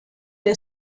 der